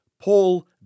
Paul